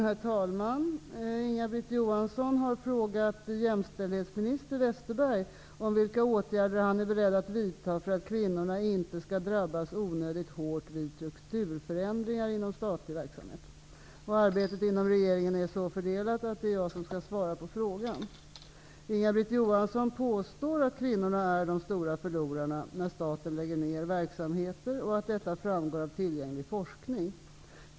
Herr talman! Inga-Britt Johansson har frågat jämställdhetsminister Westerberg om vilka åtgärder han är beredd att vidta för att kvinnorna inte skall drabbas onödigt hårt vid strukturförändringar inom statlig verksamhet. Arbetet inom regeringen är så fördelat att det är jag som skall svara på frågan. Inga-Britt Johansson påstår att kvinnorna är de stora förlorarna när staten lägger ned verksamheter och att detta framgår av tillgänglig forskning.